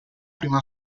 prima